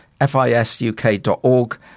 fisuk.org